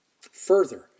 Further